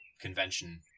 convention